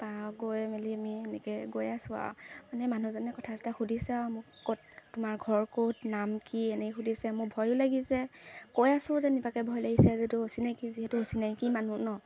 তাৰপৰা গৈ মেলি আমি এনেৈ গৈ আছোঁ আৰু মানে মানুহজনে কথা চথা সুধিছে আৰু মোক ক'ত তোমাৰ ঘৰ ক'ত নাম কি এনেই সুধিছে মোৰ ভয়ো লাগিছে কৈ আছোঁ যেনিবাকে ভয় লাগিছে যদিও অচিনাকী যিহেতু অচিনাকী মানুহ ন'